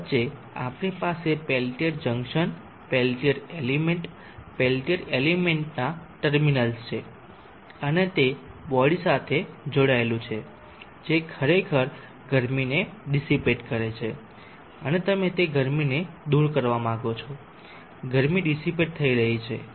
વચ્ચે આપણી પાસે Peltier junction Peltier element Peltier એલિમેન્ટના ટર્મિનલ્સ છે અને તે બોડી સાથે જોડાયેલું છે જે ખરેખર ગરમીને ડીસીપેટ કરે છે અને તમે તે ગરમીને દૂર કરવા માંગો છો ગરમી ડીસીપેટથઇ રહી છે